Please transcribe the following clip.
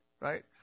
right